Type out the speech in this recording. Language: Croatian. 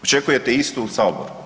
Očekujete isto u Saboru.